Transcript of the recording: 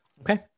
Okay